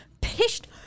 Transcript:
Pished